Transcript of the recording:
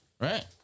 right